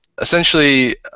Essentially